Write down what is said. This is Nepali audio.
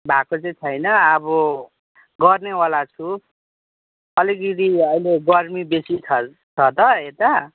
भएको चाहिँ छैन अब गर्नेवाला छु अलिकति अहिले गर्मी बेसी छ त यता